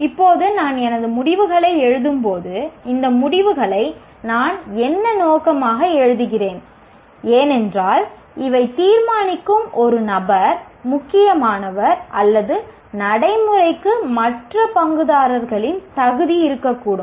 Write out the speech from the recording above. இப்போது நான் எனது முடிவுகளை எழுதும்போது இந்த முடிவுகளை நான் என்ன நோக்கமாக எழுதுகிறேன் ஏனென்றால் இவை தீர்மானிக்கும் ஒரு நபர் முக்கியமானவர் அல்லது நடைமுறைக்கு மற்ற பங்குதாரர்களின் தகுதி இருக்கக்கூடும்